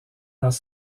dans